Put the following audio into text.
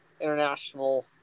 international